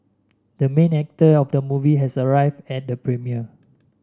the main actor of the movie has arrived at the premiere